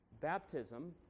baptism